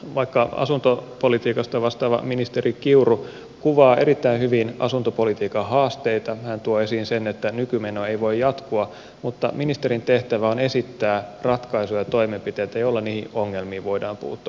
vaikka asuntopolitiikasta vastaava ministeri kiuru kuvaa erittäin hyvin asuntopolitiikan haasteita hän tuo esiin sen että nykymeno ei voi jatkua niin ministerin tehtävä on esittää ratkaisuja ja toimenpiteitä joilla niihin ongelmiin voidaan puuttua